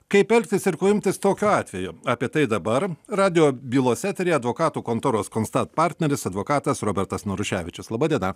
kaip elgtis ir ko imtis tokiu atveju apie tai dabar radijo bylos eteryje advokatų kontoros constat partneris advokatas robertas naruševičius laba diena